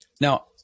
Now